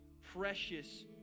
precious